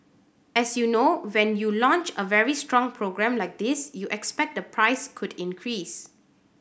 as you know when you launch a very strong program like this you expect the price could increase